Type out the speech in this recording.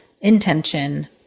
intention